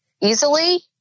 easily